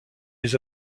les